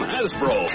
Hasbro